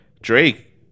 drake